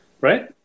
Right